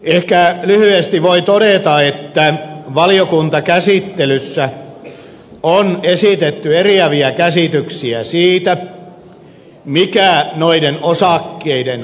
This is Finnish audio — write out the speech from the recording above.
ehkä lyhyesti voi todeta että valiokuntakäsittelyssä on esitetty eriäviä käsityksiä siitä mikä noiden osakkeiden arvo on